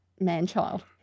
man-child